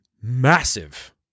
massive